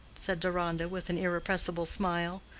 said deronda, with an irrepressible smile.